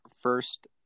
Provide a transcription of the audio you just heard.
first